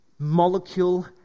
molecule